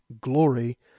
glory